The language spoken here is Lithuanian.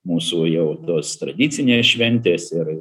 mūsų jau tos tradicinės šventės ir